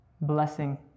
blessing